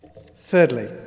Thirdly